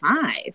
five